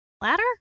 ladder